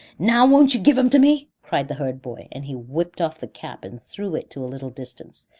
now won't you give em to me? cried the herd-boy and he whipped off the cap and threw it to a little distance,